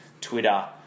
Twitter